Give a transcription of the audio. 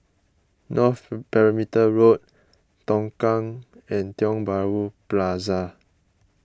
North Perimeter Road Tongkang and Tiong Bahru Plaza